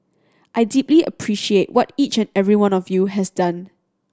I deeply appreciate what each and every one of you has done